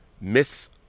Miss